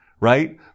right